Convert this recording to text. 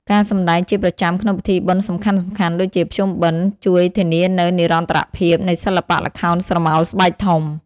ការសម្តែងជាប្រចាំក្នុងពិធីបុណ្យសំខាន់ៗដូចជាភ្ជុំបិណ្ឌ ជួយធានានូវ និរន្តរភាព នៃសិល្បៈល្ខោនស្រមោលស្បែកធំ។